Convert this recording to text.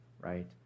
right